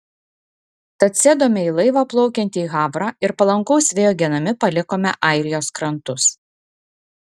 tad sėdome į laivą plaukiantį į havrą ir palankaus vėjo genami palikome airijos krantus